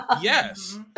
Yes